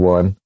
One